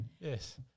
Yes